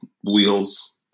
wheels